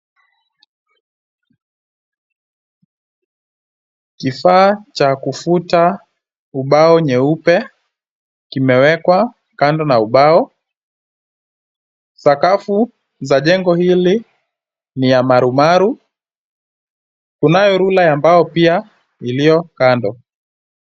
Kifaa cha kufuta ubao nyeupe kimewekwa kando na ubao. Sakafu za jengo hili ni ya marumaru. Kunayo rula ya mbao pia iliyo kando.